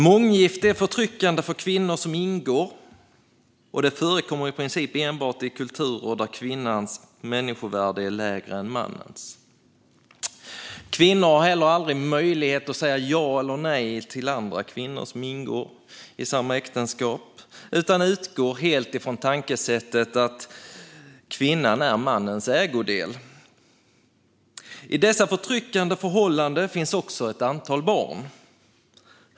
Månggiften är förtryckande för kvinnor som ingår, och de förekommer i princip enbart i kulturer där kvinnans människovärde är lägre än mannens. Kvinnorna har heller aldrig möjlighet att säga ja eller nej till andra kvinnor i samma äktenskap, utan det hela utgår från ett tänkesätt där kvinnan är mannens ägodel. I dessa förtryckande förhållanden finns också ett antal barn.